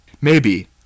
Maybe